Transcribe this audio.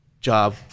job